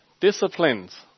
disciplines